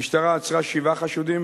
המשטרה עצרה שבעה חשודים,